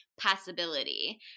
possibility